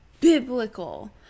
biblical